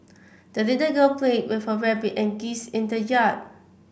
the little girl played with her rabbit and geese in the yard